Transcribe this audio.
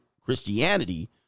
Christianity